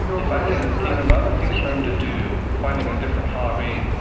if i can give him other things for him to do, finding a different hobby,